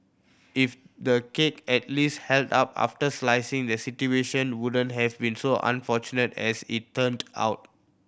if the cake at least held up after slicing the situation wouldn't have been so unfortunate as it turned out